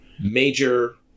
major